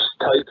type